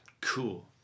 Cool